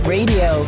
Radio